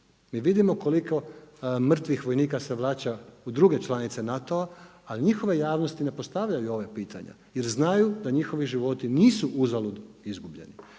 Mi vidimo koliko mrtvi vojnika se vraća u druge članice NATO-a, ali njihova javnost ne postavlja ova pitanja jer znaju da njihovi životi nisu uzalud izgubljeni.